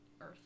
Earth